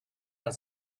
and